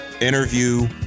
interview